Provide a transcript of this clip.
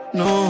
no